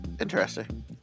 Interesting